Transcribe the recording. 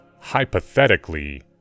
hypothetically